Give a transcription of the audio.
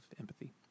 Empathy